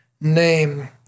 name